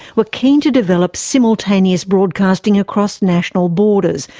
were keen to develop simultaneous broadcasting across national borders,